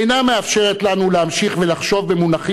אינה מאפשרת לנו להמשיך לחשוב במונחים